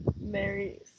Mary